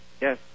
Yes